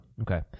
Okay